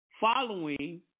following